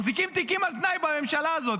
מחזיקים תיקים על תנאי בממשלה הזאת.